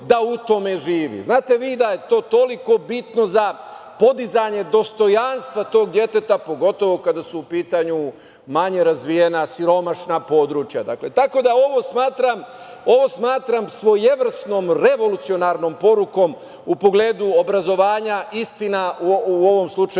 da u tome živi. Znate vi da je to mnogo bitno za podizanje dostojanstva tog deteta, pogotovo kada su u pitanju manje razvijena i siromašna područja. Ovo smatram svojevrsnom revolucionarnom porukom u pogledu obrazovanja. Istina, u ovom slučaju